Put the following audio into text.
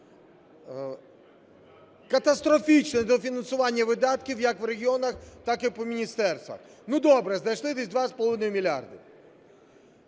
Катастрофічне недофінансування видатків як в регіонах, так і по міністерствах. Ну, добре, знайшли десь 2,5 мільярда.